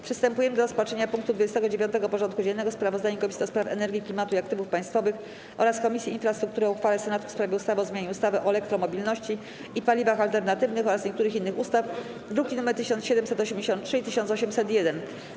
Przystępujemy do rozpatrzenia punktu 29. porządku dziennego: Sprawozdanie Komisji do Spraw Energii, Klimatu i Aktywów Państwowych oraz Komisji Infrastruktury o uchwale Senatu w sprawie ustawy o zmianie ustawy o elektromobilności i paliwach alternatywnych oraz niektórych innych ustaw (druki nr 1783 i 1801)